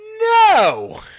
No